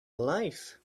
life